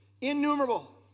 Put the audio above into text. innumerable